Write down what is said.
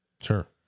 Sure